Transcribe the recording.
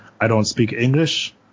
I-don't-speak-English